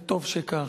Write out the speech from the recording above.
וטוב שכך.